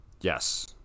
Yes